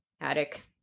attic